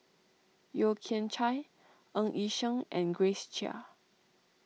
Yeo Kian Chai Ng Yi Sheng and Grace Chia